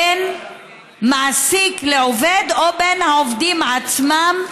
בין מעסיק לעובד או בין העובדים עצמם,